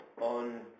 On